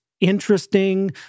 interesting